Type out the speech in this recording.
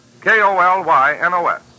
K-O-L-Y-N-O-S